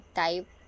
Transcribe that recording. type